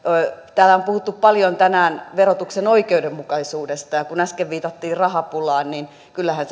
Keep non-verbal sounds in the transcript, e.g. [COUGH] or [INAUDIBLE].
täällä on puhuttu paljon tänään verotuksen oikeudenmukaisuudesta ja kun äsken viitattiin rahapulaan niin kyllähän [UNINTELLIGIBLE]